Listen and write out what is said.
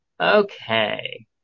Okay